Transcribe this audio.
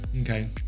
okay